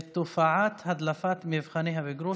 תופעת הדלפת מבחני הבגרות.